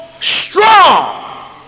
strong